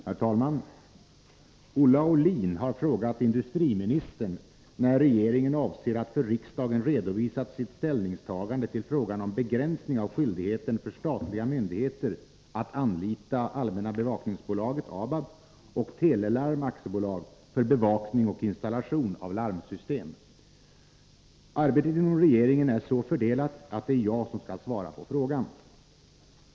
Herr talman! Olle Aulin har frågat industriministern när regeringen avser att för riksdagen redovisa sitt ställningstagande till frågan om begränsning av skyldigheten för statliga myndigheter att anlita Allmänna bevaknings AB och Tele Larm AB för bevakning och installation av larmsystem. Arbetet inom regeringen är så fördelat att det är jag som skall svara på frågan.